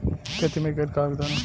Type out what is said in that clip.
खेती में एकर का योगदान होखे?